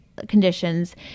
conditions